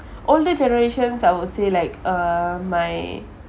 older generations I would say like uh my